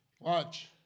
Watch